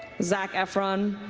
zac efron.